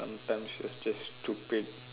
sometimes is just stupid